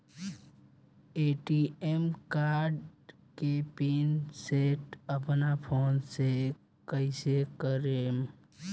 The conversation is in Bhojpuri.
ए.टी.एम कार्ड के पिन सेट अपना फोन से कइसे करेम?